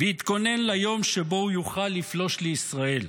ויתכונן ליום שבו הוא יוכל לפלוש לישראל?